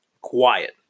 Quiet